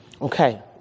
Okay